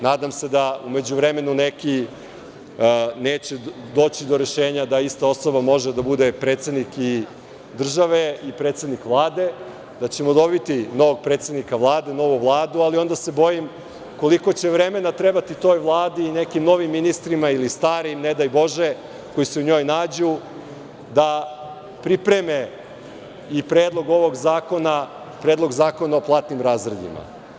Nadam se da u međuvremenu neki neće doći do rešenja da ista osoba može da bude i predsednik države i predsednik Vlade, da ćemo dobiti novog predsednika Vlade, novu Vladu, ali onda se bojim koliko će vremena trebati toj Vladi i nekim novim ministrima ili starim, ne daj Bože, koji se u njoj nađu, da pripreme i predlog ovog zakona, Predlog zakona o platnim razredima.